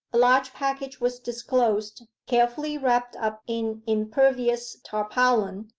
a large package was disclosed, carefully wrapped up in impervious tarpaulin,